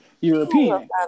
european